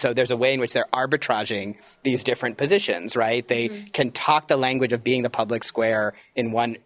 so there's a way in which there arbitrage in these different positions right they can talk the language of being the public square in one